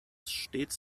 stets